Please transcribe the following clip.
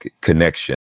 connection